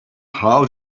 how